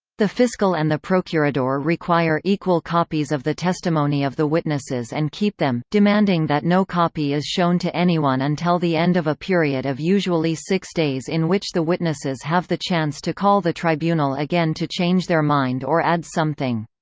the fiscal and the procurador require equal copies of the testimony of the witnesses and keep them, demanding that no copy is shown to anyone until the end of a period of usually six days in which the witnesses have the chance to call the tribunal again to change their mind or add something.